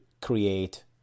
create